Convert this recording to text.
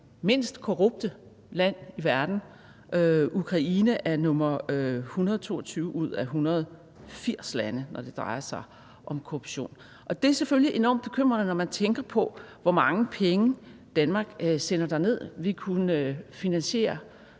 mindst korrupte land i verden. Ukraine er nummer 122 ud af 180 lande, når det drejer sig om korruption, og det er selvfølgelig enormt bekymrende, når man tænker på, hvor mange penge Danmark sender derned. Vi kunne finansiere